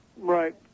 Right